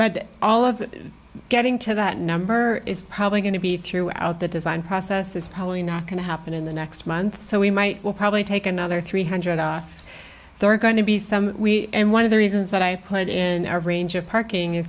but all of that getting to that number is probably going to be throughout the design process that's probably not going to happen in the next month so we might well probably take another three hundred off there are going to be some and one of the reasons that i put in a range of parking